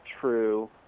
true